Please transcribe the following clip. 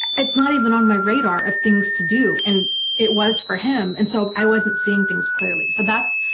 it's not even on my radar of things to do and it was for him and so i wasn't seeing things clearly. so that's.